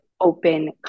open